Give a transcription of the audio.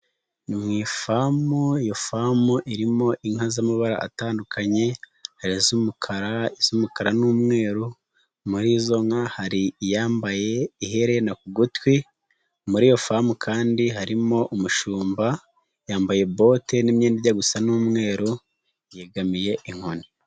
Ni mu ifamu, iyo famu irimo inka z'amabara atandukanye, hari z'umukara z'umukara n'umweru, muri izo nka hari iyambaye iherera ku gutwi, muri iyo famu kandi harimo umushumba, yambaye bote n'imyenda gusa n'umweru yegamiye inkoni.